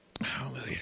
Hallelujah